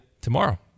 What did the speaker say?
tomorrow